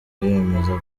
yemeza